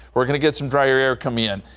we're going to get some drier air coming in.